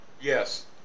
Yes